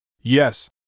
Yes